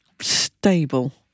stable